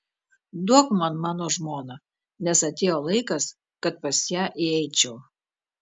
duok man mano žmoną nes atėjo laikas kad pas ją įeičiau